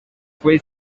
fue